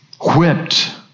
whipped